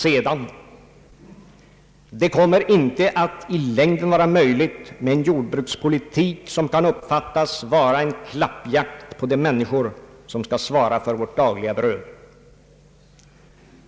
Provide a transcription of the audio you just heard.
Sedan: det kommer inte att i längden vara möjligt med en jordbrukspolitik som kan uppfattas vara en klappjakt på de människor som skall svara för vårt dagliga bröd.